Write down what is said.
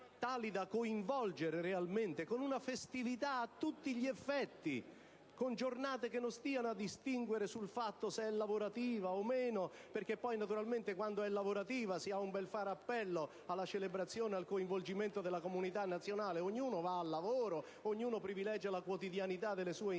tali da coinvolgere realmente con una festività a tutti gli effetti, con giornate in cui non si stia a distinguere se sono lavorative o meno, perché quando una giornata è lavorativa si ha un bel fare appello alla celebrazione e al coinvolgimento della comunità nazionale: ognuno va al lavoro, ognuno privilegia la quotidianità delle sue incombenze.